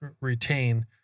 retain